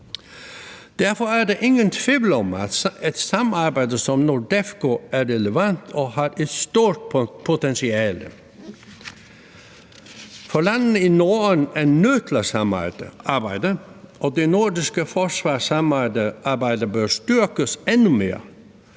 Derfor er der ingen tvivl om, at et samarbejde som NORDEFCO er relevant og har et stort potentiale, for landene i Norden er nødt til at samarbejde, og det nordiske forsvarssamarbejde bør styrkes endnu mere,